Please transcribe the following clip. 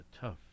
tough